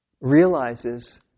realizes